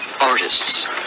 artists